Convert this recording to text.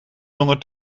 zonder